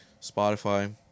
Spotify